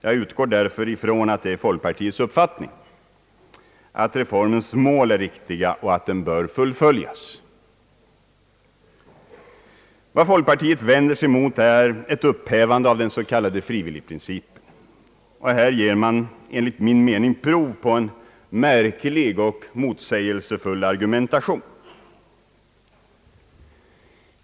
Jag utgår därför ifrån att det är folkpartiets uppfattning att reformens mål är riktiga och att den bör fullföljas. Vad folkpartiet vänder sig mot är ett upphävande av den s.k. frivilligprincipen. Här ger man enligt min mening prov på en märklig och motsägelsefull argumentation.